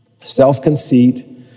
Self-conceit